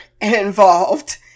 involved